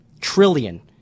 trillion